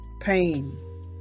Pain